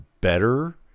better